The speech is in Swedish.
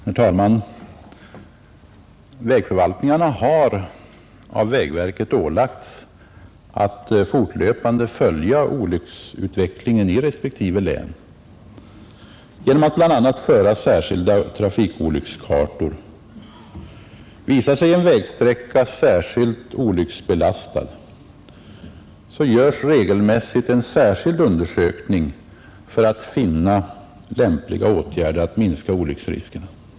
Herr talman! Vägförvaltningarna har av vägverket ålagts att fortlöpande följa olycksutvecklingen i respektive län genom att bl.a. föra särskilda trafikolyckskartor. Visar sig en vägsträcka särskilt olycksbelastad, göres regelmässigt en särskild undersökning för att finna lämpliga åtgärder att minska olycksrisken.